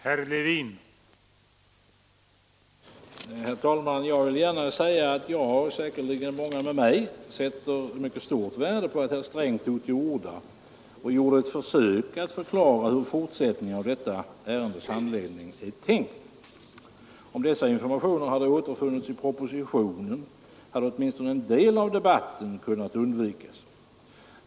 Herr talman! Jag vill gärna säga att jag, och säkerligen många med mig, sätter mycket stort värde på att herr Sträng tog till orda och gjorde ett försök att förklara hur fortsättningen av detta ärendes handläggning är tänkt. Om dessa informationer återfunnits i propositionen, hade åtminstone en del av debatten kunnat undvikas.